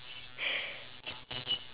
moral life